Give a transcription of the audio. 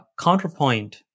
counterpoint